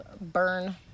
burn